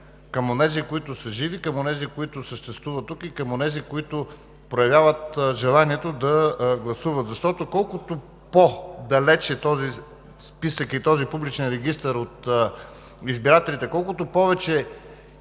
към онези, които са живи, към онези, които съществуват тук, и към онези, които проявяват желанието да гласуват. Защото колкото по-далеч е този списък и този публичен регистър от избирателите, колкото повече